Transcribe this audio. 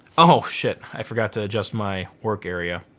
oh shit, i forgot to adjust my work area.